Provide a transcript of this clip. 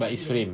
but it's frame